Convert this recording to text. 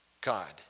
God